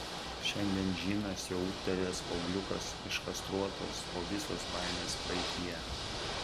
šiandien džinas jau ūgtelėjęs paaugliukas iškastruotas o visos baimės praeityje